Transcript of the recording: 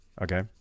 Okay